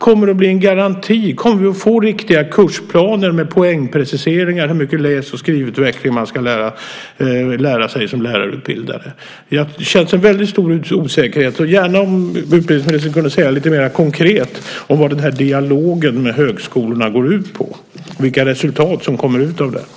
Kommer det att bli en garanti - kommer vi att få riktiga kursplaner med poängpreciseringar av hur mycket läs och skrivutveckling man ska lära sig som lärarutbildare? Jag känner en väldigt stor osäkerhet och skulle gärna vilja höra lite mer konkret från utbildningsministern om vad den här dialogen med högskolorna går ut på och vilka resultat som kommer ut av detta.